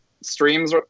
streams